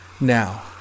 Now